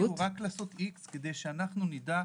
רק לעשות איקס כדי שאנחנו נדע.